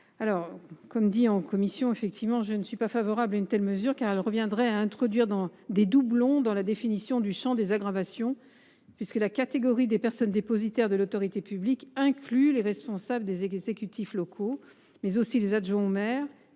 je l’ai dit en commission, je ne suis pas favorable à une telle mesure, qui reviendrait à introduire des doublons dans la définition du champ des aggravations, puisque la catégorie des personnes dépositaires de l’autorité publique inclut les responsables des exécutifs locaux, mais aussi les adjoints au maire